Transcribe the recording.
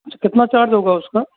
अच्छा कितना चार्ज होगा उसका